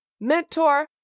mentor